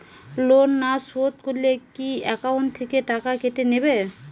Loan না শোধ করলে কি একাউন্ট থেকে টাকা কেটে নেবে?